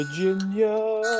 Virginia